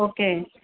okay